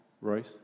Royce